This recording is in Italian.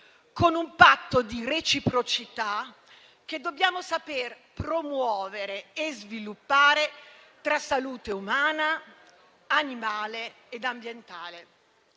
con un patto di reciprocità che dobbiamo saper promuovere e sviluppare tra salute umana, animale ed ambientale.